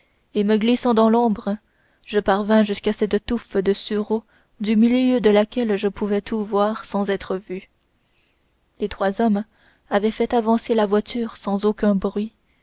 et me glissant dans l'ombre je parvins jusqu'à cette touffe de sureau du milieu de laquelle je pouvais tout voir sans être vu les trois hommes avaient fait avancer la voiture sans aucun bruit